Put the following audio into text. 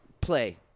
Play